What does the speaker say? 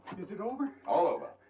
is it over? all over.